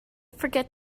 forget